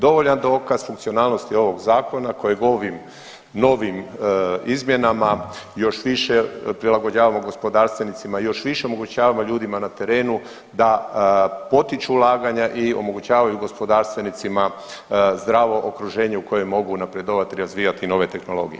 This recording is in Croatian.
Dovoljan dokaz funkcionalnosti ovog Zakona kojeg ovim novim izmjenama još više prilagođavamo gospodarstvenicima, još više omogućavamo ljudima na terenu da potiču ulaganju i omogućavaju gospodarstvenicima zdravo okruženje u kojem mogu napredovati i razvijati nove tehnologije.